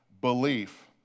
belief